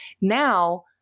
Now